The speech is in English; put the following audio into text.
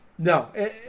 No